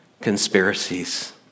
conspiracies